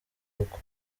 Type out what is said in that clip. koko